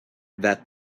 that